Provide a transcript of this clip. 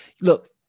look